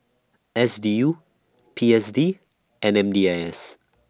S D U P S D and M D I S